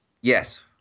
Yes